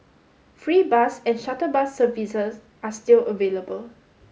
free bus and shuttle bus services are still available